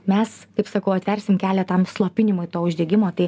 mes kaip sakau atversim kelią tam slopinimui to uždegimo tai